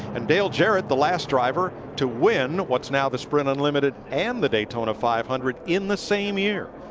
and dale jarrett, the last driver to win what's now the sprint unlimited and the daytona five hundred in the same year.